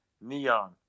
Neon